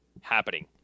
happening